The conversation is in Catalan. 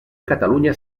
catalunya